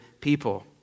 people